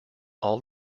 all